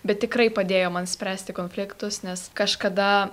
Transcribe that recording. bet tikrai padėjo man spręsti konfliktus nes kažkada